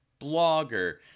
blogger